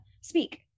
speak